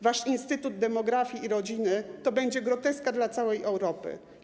Wasz instytutu demografii i rodziny to będzie groteska dla całej Europy.